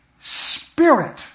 Spirit